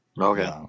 Okay